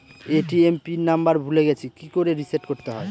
ATM pin number ভুলে গেছি কি করে রিসেট করতে হয়?